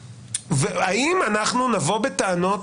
למי נבוא בטענות,